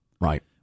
Right